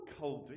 cold